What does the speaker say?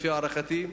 להערכתי.